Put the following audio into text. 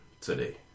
today